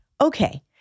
okay